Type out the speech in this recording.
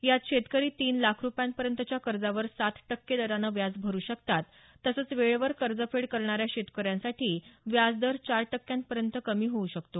यात शेतकरी तीन लाख रुपयांपर्यंतच्या कर्जावर सात टक्के दरानं व्याज भरू शकतात तसंच वेळेवर कर्जफेड करणाऱ्या शेतकऱ्यांसाठी व्याजदर चार टक्क्यापर्यंत कमी होऊ शकतो